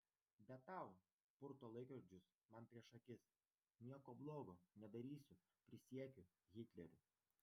bet tau purto laikrodžius man prieš akis nieko blogo nedarysiu prisiekiu hitleriu